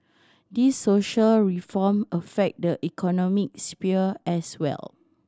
these social reform affect the economic sphere as well